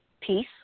peace